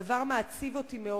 הדבר מעציב אותי מאוד.